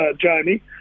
Jamie